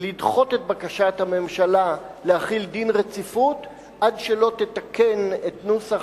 לדחות את בקשת הממשלה להחיל דין רציפות עד שלא תתקן את נוסח